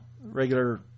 regular